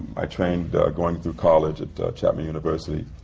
i trained going through college, at chapman university,